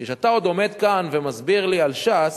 כי כשאתה עוד עומד כאן ומסביר לי על ש"ס,